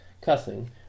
cussing